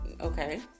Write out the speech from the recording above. okay